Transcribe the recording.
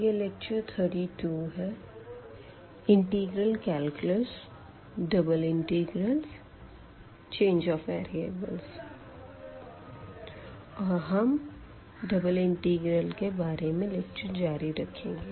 यह लेक्चर 32 है और हम डबल इंटीग्रल के बारे में लेक्चर जारी रखेंगे